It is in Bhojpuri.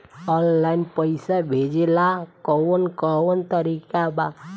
आनलाइन पइसा भेजेला कवन कवन तरीका बा?